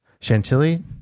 Chantilly